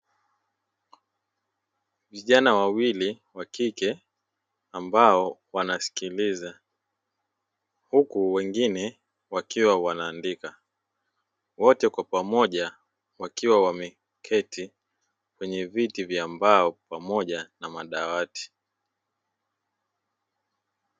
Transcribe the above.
Vijana wawili wa kike ambao wanasikiliza, huku wengine wakiwa wanaandika wote kwa pamoja wakiwa wameketi kwenye viti vya mbao pamoja na madawati.